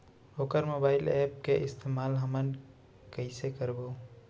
वोकर mobile app के इस्तेमाल हमन कइसे करबो?